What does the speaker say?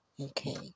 Okay